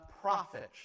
prophets